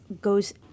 goes